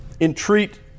entreat